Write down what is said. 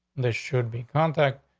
this should be contact.